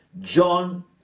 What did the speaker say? John